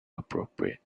appropriate